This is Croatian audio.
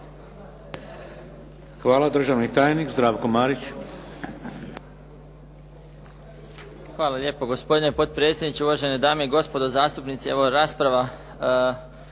Hvala. Državni tajnik Zdravko Marić. **Marić, Zdravko** Hvala lijepo gospodine potpredsjedniče, uvažene dame i gospodo zastupnici. Evo rasprava